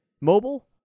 mobile